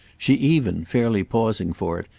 she even, fairly pausing for it,